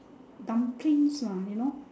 dumplings lah you know